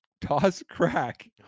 toss-crack